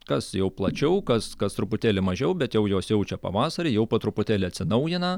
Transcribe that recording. kas jau plačiau kas kas truputėlį mažiau bet jau jos jaučia pavasarį jau po truputėlį atsinaujina